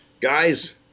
Guys